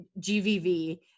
GVV